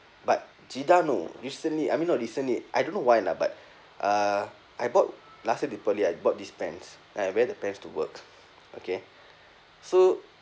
but Giordano recently I mean not recently I don't know why lah but uh I bought last year deepavali I bought this pants and I wear the pant to work okay so